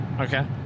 Okay